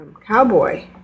Cowboy